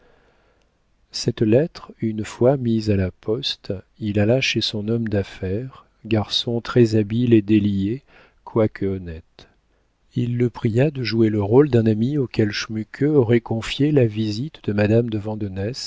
cette lettre une fois mise à la poste il alla chez son homme d'affaires garçon très-habile et délié quoique honnête il le pria de jouer le rôle d'un ami auquel schmuke aurait confié la visite de madame de